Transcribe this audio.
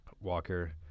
Walker